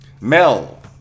Mel